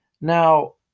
Now